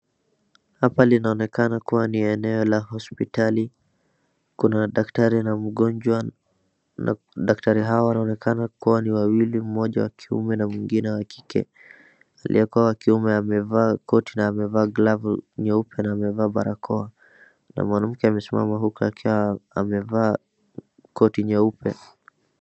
Hapa linaonekana kuwa ni eneo la hospitali. Kuna daktari na mgonjwa, na daktari hawa wanaonekana kuwa ni wawili, mmoja wa kiume na mwingine wa kike, Aliyekuwa wa kiume amevaa koti na amevaa glavu nyeupe na amevaa barakoa. Na mwanamke amesimama huku akiwa amevaa koti nyeupe.